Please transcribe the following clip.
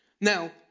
Now